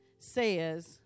says